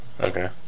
Okay